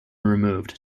removed